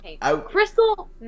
Crystal